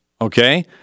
okay